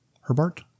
Herbart